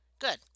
Good